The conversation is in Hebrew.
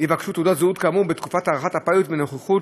יבקשו תעודת זהות כאמור בתקופת הארכת הפיילוט הנוכחית,